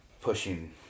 pushing